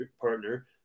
partner